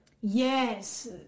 Yes